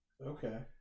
Okay